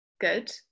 good